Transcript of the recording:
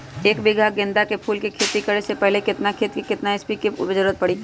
एक बीघा में गेंदा फूल के खेती करे से पहले केतना खेत में केतना एन.पी.के के जरूरत परी?